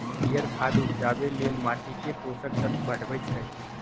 हरियर खाद उपजाके लेल माटीके पोषक तत्व बढ़बइ छइ